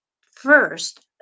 first